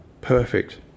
perfect